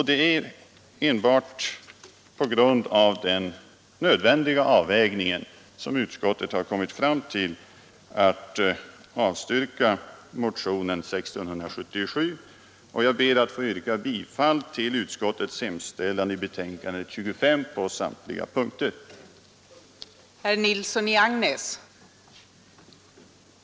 Det är enbart på grund av denna nödvändiga avvägning som utskottet beslutat avstyrka motionen 1677. Jag ber att få yrka bifall till utskottets hemställan på samtliga punkter i betänkandet 25.